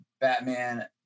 batman